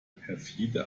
perfide